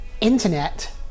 internet